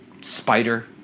Spider